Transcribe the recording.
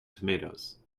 tomatoes